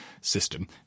system